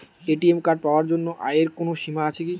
ATM card পাওয়ার জন্য আয়ের কোনো সীমা আছে কি?